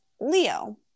leo